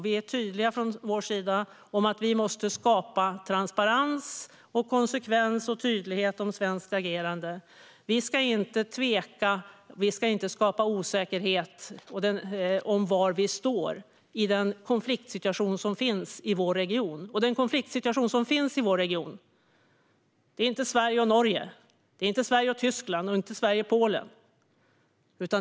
Vi är från vår sida tydliga med att vi måste skapa transparens, konsekvens och tydlighet om svenskt agerande. Vi ska inte tveka. Vi ska inte skapa osäkerhet om var vi står i den konfliktsituation som finns i vår region, och den konfliktsituationen handlar inte om Sverige och Norge, inte om Sverige och Tyskland och inte heller om Sverige och Polen.